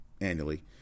annually